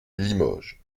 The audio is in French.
limoges